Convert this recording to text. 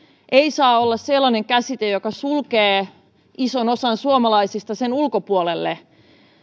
ei saa olla sellainen käsite joka sulkee ison osan suomalaisista ulkopuolelle